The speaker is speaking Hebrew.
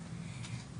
בוועדה,